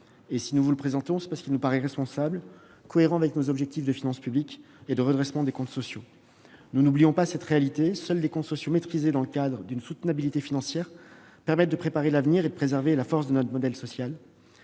Si nous vous le présentons, c'est parce qu'il nous paraît responsable et cohérent avec nos objectifs de finances publiques et de redressement des comptes sociaux. N'oublions pas cette réalité : seuls des comptes sociaux maîtrisés dans le cadre d'une soutenabilité financière permettent de préparer l'avenir et de préserver la force de notre modèle social.